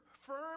firm